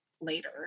later